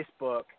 Facebook